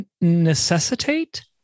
necessitate